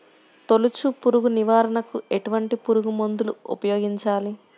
తొలుచు పురుగు నివారణకు ఎటువంటి పురుగుమందులు ఉపయోగించాలి?